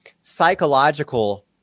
psychological